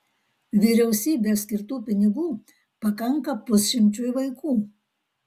vyriausybės skirtų pinigų pakanka pusšimčiui vaikų